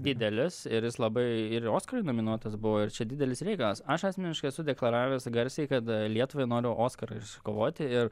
didelis ir jis labai ir oskarui nominuotas buvo ir čia didelis reikalas aš asmeniškai esu deklaravęs garsiai kad lietuvai noriu oskarą iškovoti ir